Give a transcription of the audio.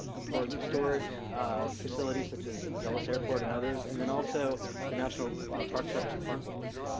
important historic facilities such as dulles airport and others. and then also the national park service parkways.